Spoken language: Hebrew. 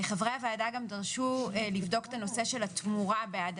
חברי הוועדה גם דרשו לבדוק את הנושא של התמורה בעד